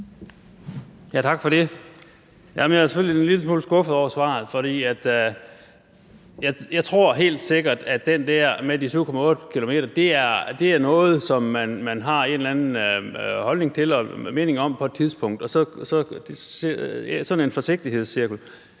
tak for det. Jeg er selvfølgelig en lille smule skuffet over svaret, for jeg tror helt sikkert, at den der med de 7,8 km er noget, som man har haft en eller anden holdning til eller mening om på et tidspunkt – sådan en forsigtighedscirkel.